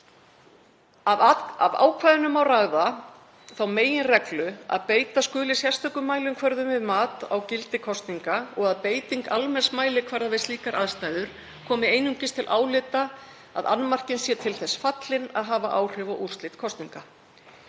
Af ákvæðinu má ráða þá meginreglu að beita skuli sérstökum mælikvarða við mat á gildi kosninga og að beiting almenns mælikvarða við slíkar aðstæður komi einungis til álita að annmarkinn sé til þess fallinn að hafa áhrif á úrslit kosninga.